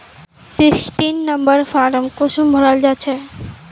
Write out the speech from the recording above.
Sixteen number form कुंसम भराल जाछे?